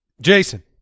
Jason